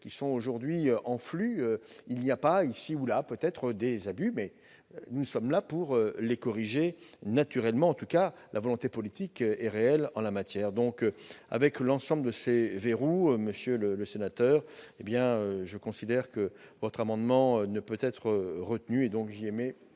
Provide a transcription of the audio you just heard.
qui sont aujourd'hui en flux, il n'y a pas, ici ou là, de possibles abus, mais nous sommes là pour les corriger. En tout cas, la volonté politique est réelle en la matière. Compte tenu de l'ensemble de ces verrous, monsieur Favier, je considère que votre amendement ne peut être retenu. J'émets